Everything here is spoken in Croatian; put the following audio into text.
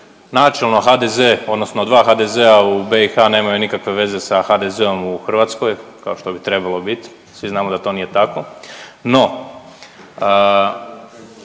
načelno HDZ odnosno 2 HDZ-a u BiH nemaju nikakve veze sa HDZ-om u Hrvatskoj kao što bi trebalo biti, svi znamo da to nije tako. No,